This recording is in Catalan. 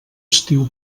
estiu